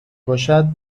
باشد